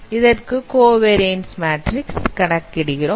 அதற்கு covariance matrix கணக்கிடுகிறோம்